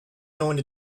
going